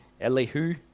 Elihu